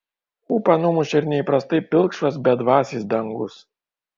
ūpą numušė ir neįprastai pilkšvas bedvasis dangus